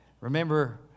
remember